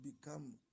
become